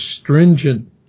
stringent